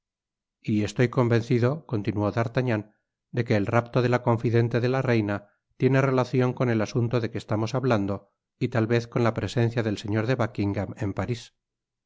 y estoy convencido continuó d'artagnan de que el rapto de la confidente de la reina tiene relacion con el asunto de que estamos hablando y tal vez con la presencia del señor de buckingam en paris